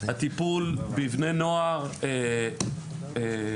הטיפול בבני נוער מכורים,